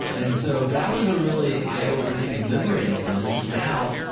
and so that was a really eye opening and liberating feeling because now,